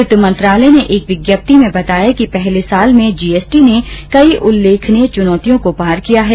वित्त मंत्रालय ने एक विज्ञप्ति में बताया है कि पहले साल में जीएसटी ने कई उल्लेखनीय चुनौतियों को पार किया है